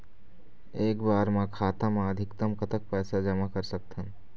एक बार मा खाता मा अधिकतम कतक पैसा जमा कर सकथन?